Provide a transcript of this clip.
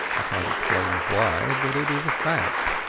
i canat explain why, but it is a fact.